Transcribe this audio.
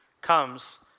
comes